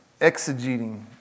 exegeting